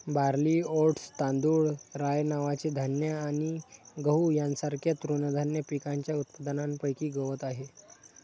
barley, oats, तांदूळ, rye नावाचे धान्य आणि गहू यांसारख्या तृणधान्य पिकांच्या उत्पादनापैकी गवत आहे